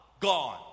Gone